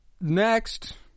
Next